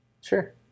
Sure